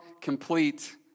complete